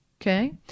Okay